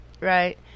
right